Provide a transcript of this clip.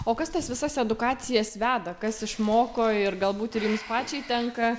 o kas tas visas edukacijas veda kas išmoko ir galbūt ir jum pačiai tenka